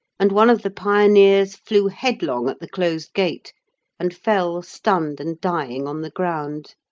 and one of the pioneers flew headlong at the closed gate and fell stunned and dying on the ground,